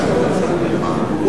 כן, תודה.